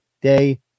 day